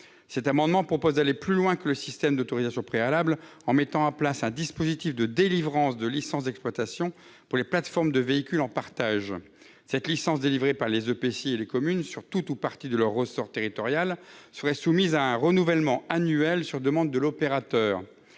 cet amendement, nous proposons d'aller plus loin que le système d'autorisation préalable et de mettre en place un dispositif de délivrance de licences d'exploitation pour les plateformes de véhicules en partage. Cette licence serait délivrée par les EPCI et les communes ; elle couvrirait tout ou partie de leur ressort territorial, et serait soumise à un renouvellement annuel sur demande de l'opérateur.